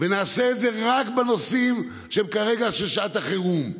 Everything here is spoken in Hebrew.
ונעשה את זה רק בנושאים שהם כרגע של שעת החירום.